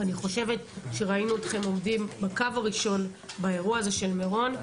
ראינו אתכם עומדים בקו הראשון באירוע מירון.